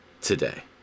Today